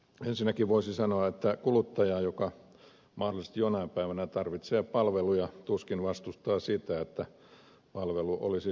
ensinnäkin voisi sanoa että kuluttaja joka mahdollisesti jonain päivänä tarvitsee palveluja tuskin vastustaa sitä että palvelu olisi saatavilla